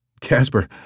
Casper